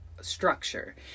structure